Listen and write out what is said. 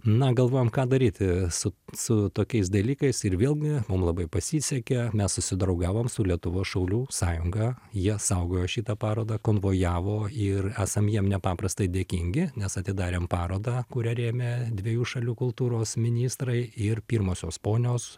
na galvojom ką daryti su su tokiais dalykais ir vėlgi mum labai pasisekė mes susidraugavom su lietuvos šaulių sąjunga jie saugojo šitą parodą konvojavo ir esam jiem nepaprastai dėkingi nes atidarėm parodą kurią rėmė dviejų šalių kultūros ministrai ir pirmosios ponios